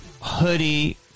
Hoodie